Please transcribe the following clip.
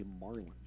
Marlin